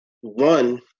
One